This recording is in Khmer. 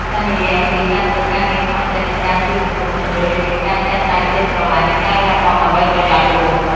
ការនិយាយអំពី ការធ្វើការងារស្ម័គ្រចិត្ត និងការជួយសង្គម ជម្រុញឱ្យមានការចែកចាយក្ដីស្រឡាញ់ និងការលះបង់ដើម្បីប្រយោជន៍រួម។